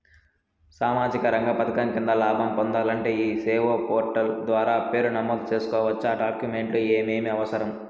సామాజిక రంగ పథకం కింద లాభం పొందాలంటే ఈ సేవా పోర్టల్ ద్వారా పేరు నమోదు సేసుకోవచ్చా? డాక్యుమెంట్లు ఏమేమి అవసరం?